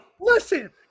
Listen